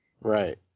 right